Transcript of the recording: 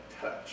touch